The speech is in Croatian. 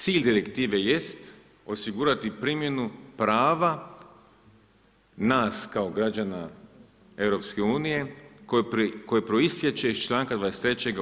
Cilj direktive jest osigurati primjenu prava nas kao građana EU-a koji proistječe iz članka 23.